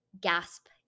gasp